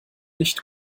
nicht